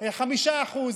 למה לא 5%?